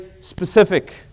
specific